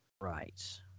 Right